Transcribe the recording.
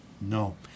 No